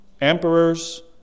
emperors